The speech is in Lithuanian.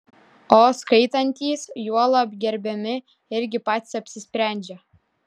o skaitantys juolab gerbiami irgi patys apsisprendžia